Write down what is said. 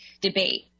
debate